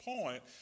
point